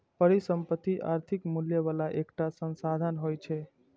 परिसंपत्ति आर्थिक मूल्य बला एकटा संसाधन होइ छै